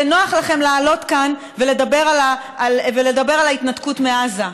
זה נוח לכם לעלות כאן ולדבר על ההתנתקות מעזה,